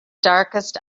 darkest